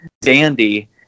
dandy